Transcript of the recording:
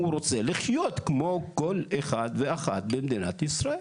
הוא רוצה לחיות כמו כל אחד ואחת במדינת ישראל.